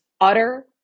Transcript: utter